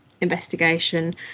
investigation